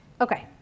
Okay